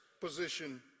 position